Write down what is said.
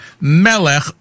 Melech